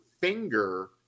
finger